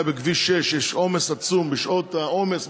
בכביש 6. יש עומס עצום בשעות העומס,